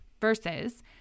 Versus